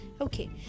Okay